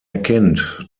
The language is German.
erkennt